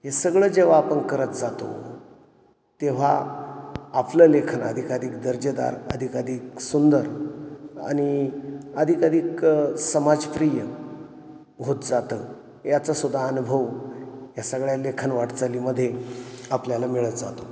हे सगळं जेव्हा आपण करत जातो तेव्हा आपलं लेखन अधिकाधिक दर्जेदार अधिकाधिक सुंदर आणि अधिकाधिक समाजप्रिय होत जातं याचासुद्दा अनुभव या सगळ्या लेखन वाटचालीमध्ये आपल्याला मिळत जातो